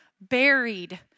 buried